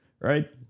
Right